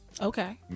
Okay